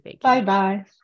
Bye-bye